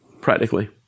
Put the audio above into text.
practically